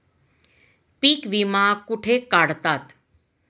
पीक विमा कुठे काढतात?